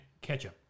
ketchup